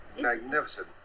magnificent